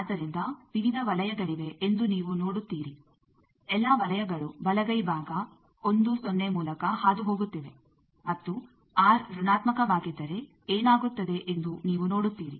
ಆದ್ದರಿಂದ ವಿವಿಧ ವಲಯಗಳಿವೆ ಎಂದು ನೀವು ನೋಡುತ್ತೀರಿ ಎಲ್ಲ ವಲಯಗಳು ಬಲಗೈ ಭಾಗ 1 0 ಮೂಲಕ ಹಾದುಹೋಗುತ್ತಿವೆ ಮತ್ತು ಆರ್ ಋಣಾತ್ಮಕವಾಗಿದ್ದರೆ ಏನಾಗುತ್ತದೆ ಎಂದು ನೀವು ನೋಡುತ್ತೀರಿ